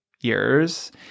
years